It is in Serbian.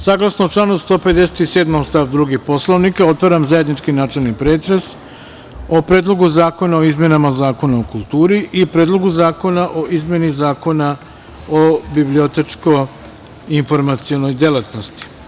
Saglasno članu 157. stav 2. Poslovnika, otvaram zajednički načelni pretres o Predlogu zakona o izmenama Zakona o kulturi i Predlogu zakona o izmeni Zakona o bibliotečko-informacionoj delatnosti.